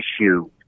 issue